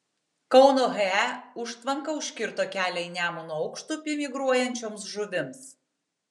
kauno he užtvanka užkirto kelią į nemuno aukštupį migruojančioms žuvims